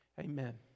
amen